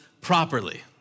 properly